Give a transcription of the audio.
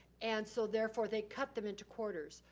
and so, therefore, they cut them into quarters.